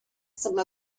some